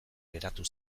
geratu